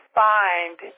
find